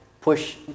push